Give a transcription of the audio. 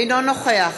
אינו נוכח